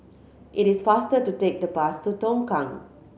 it is faster to take the bus to Tongkang